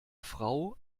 frau